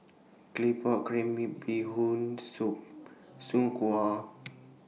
Claypot Crab Bee Hoon Soup Soon Kway